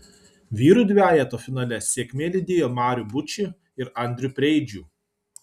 vyrų dvejeto finale sėkmė lydėjo marių bučį ir andrių preidžių